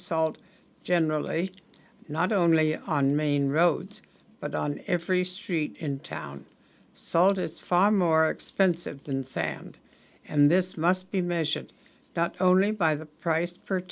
salt generally not only on main roads but on every street in town sold is far more expensive than sand and this must be measured not only by the price